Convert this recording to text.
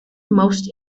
most